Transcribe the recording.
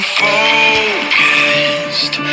focused